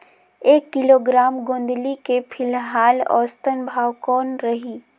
एक किलोग्राम गोंदली के फिलहाल औसतन भाव कौन रही?